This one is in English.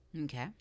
Okay